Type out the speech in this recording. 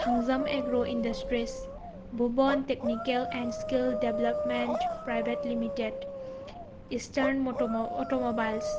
Thangjam agro industries ꯕꯨꯕꯣꯜ technical and skill development private limited eastern auto mobiles